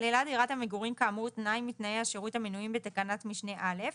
כללה דירת המגורים כאמור תנאי מתנאי השירות המנויים בתקנת משנה (א),